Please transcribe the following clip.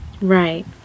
Right